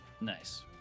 Nice